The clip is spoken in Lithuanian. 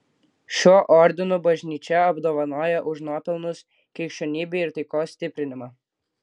šiuo ordinu bažnyčia apdovanoja už nuopelnus krikščionybei ir taikos stiprinimą